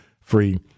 free